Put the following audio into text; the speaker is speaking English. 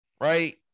right